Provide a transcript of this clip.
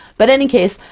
but any case,